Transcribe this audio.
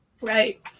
right